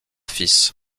fils